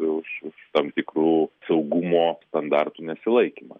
už už tam tikrų saugumo standartų nesilaikymą